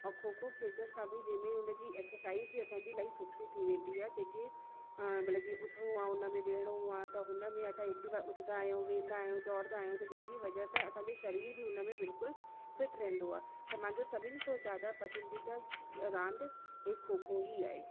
ऐं खो खो खेॾण सां बि जंहिं में हुनजी एक्ससाइज़ बि असांजी इलाही सुठी थी वेंदी आहे जेकी मतलबु जीअं उथिणो आहे हुन में विहिणो आहे त हुन में असां एतिरी बार उथंदा आहियूं विहंदा आहियूं डोड़दा आहियूं त जंहिंजी वजह सां असांजो सरीर बि हुन में बिल्कुलु फ़िट रहंदो आहे त मांजो सभिनी खां ज़्यादा पसंदीदा रांदि इहे खो खो ई आहे